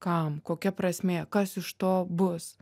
kam kokia prasmė kas iš to bus